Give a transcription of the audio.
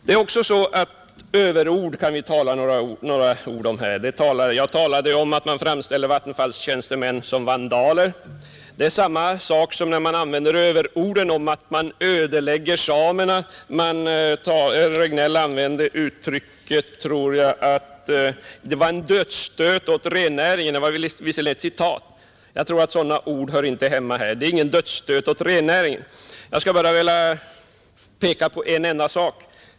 Vi bör också tala några ord om överord här. Jag sade att man framställer Vattenfalls tjänstemän som vandaler. Det är detsamma som när man använder överord om att samernas utkomstmöjligheter ödeläggs — jag tror att herr Regnéll använde uttrycket att det var en dödsstöt åt rennäringen. Det var visserligen ett citat, men sådana ord hör inte hemma här. Det är ingen dödsstöt åt rennäringen, Jag skulle bara vilja peka på en enda sak.